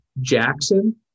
Jackson